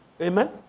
Amen